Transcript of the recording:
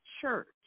church